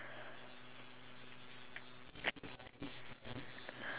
I think they don't like carrots that's why they're angry